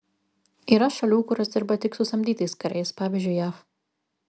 yra šalių kurios dirba tik su samdytais kariais pavyzdžiui jav